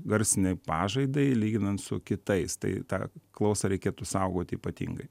garsinei pažaidai lyginant su kitais tai tą klausą reikėtų saugoti ypatingai